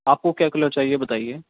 آپ کو کیا کلر چاہیے بتائیے